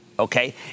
Okay